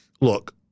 look